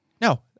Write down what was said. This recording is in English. No